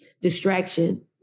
distraction